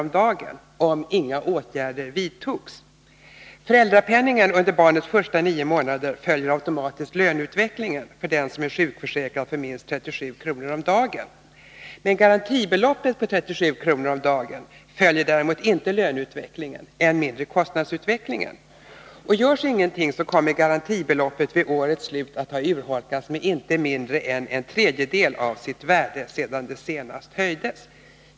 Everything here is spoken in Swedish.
om dagen — om inga åtgärder vidtas. Föräldrapenningen under barnets första nio månader följer automatiskt löneutvecklingen för den som är sjukförsäkrad för minst 37 kr. om dagen. Garantibeloppet på 37 kr. om dagen följer däremot inte löneutvecklingen, än mindre kostnadsutvecklingen. Om ingenting görs, kommer garantibeloppet vid årets slut att ha urholkats med inte mindre än en tredjedel av sitt värde sedan det senast höjdes.